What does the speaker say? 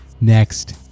next